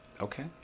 Okay